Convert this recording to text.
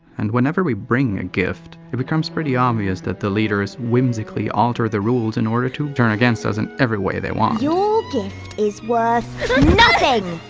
and whenever we bring a gift it becomes pretty obvious that the leaders whimsically alter the rules in order to turn against us in every way they want. your gift is worth nothing!